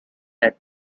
had